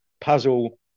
puzzle